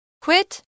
Quit